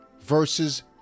versus